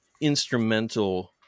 instrumental